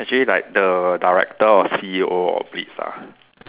actually like the director or C_E_O of beats ah